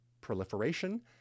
proliferation